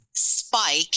spike